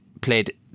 played